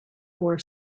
four